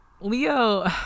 Leo